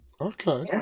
okay